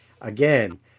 again